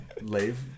leave